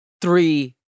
three